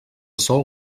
sol